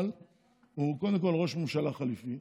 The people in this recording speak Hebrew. אבל הוא קודם כול ראש ממשלה חליפי,